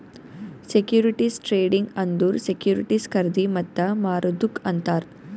securities trading ಅಂದುರ್ securities ಖರ್ದಿ ಮತ್ತ ಮಾರದುಕ್ ಅಂತಾರ್